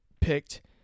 picked